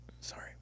sorry